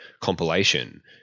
compilation